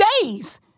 days